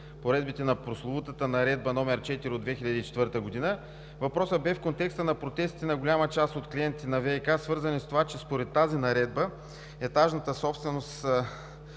разпоредбите на прословутата Наредба № 4 от 2004 г. Въпросът беше в контекста на протестите на голяма част от клиентите на ВиК, свързани с това, че според тази наредба за етажна собственост